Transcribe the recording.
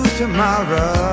tomorrow